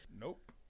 nope